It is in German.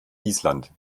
island